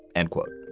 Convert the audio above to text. end quote